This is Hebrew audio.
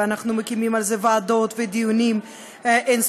ואנחנו מקימים על זה ועדות ודיונים אין-ספור.